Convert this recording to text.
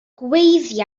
gweiddi